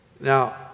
Now